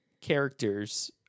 characters